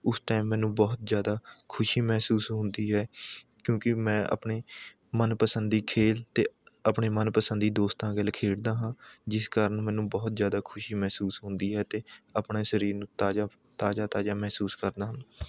ਉਸ ਟਾਈਮ ਮੈਨੂੰ ਬਹੁਤ ਜ਼ਿਆਦਾ ਖੁਸ਼ੀ ਮਹਿਸੂਸ ਹੁੰਦੀ ਹੈ ਕਿਉਂਕਿ ਮੈਂ ਆਪਣੇ ਮਨਪਸੰਦੀ ਖੇਡ ਅਤੇ ਆਪਣੇ ਮਨਪਸੰਦੀ ਦੋਸਤਾਂ ਗੈਲ ਖੇਡਦਾ ਹਾਂ ਜਿਸ ਕਾਰਨ ਮੈਨੂੰ ਬਹੁਤ ਜ਼ਿਆਦਾ ਖੁਸ਼ੀ ਮਹਿਸੂਸ ਹੁੰਦੀ ਹੈ ਅਤੇ ਆਪਣੇ ਸਰੀਰ ਨੂੰ ਤਾਜ਼ਾ ਤਾਜ਼ਾ ਤਾਜ਼ਾ ਮਹਿਸੂਸ ਕਰਦਾ ਹਾਂ